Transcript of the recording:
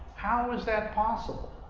how is that possible?